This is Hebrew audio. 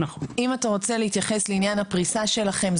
אם אתה רוצה להתייחס לעניין הפריסה שלכם,